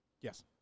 Yes